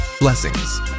Blessings